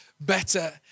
better